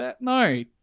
No